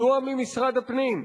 מדוע ממשרד הפנים?